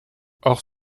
hors